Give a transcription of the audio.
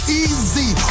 easy